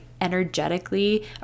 energetically